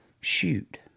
shoot